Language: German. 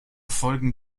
folgen